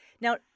Now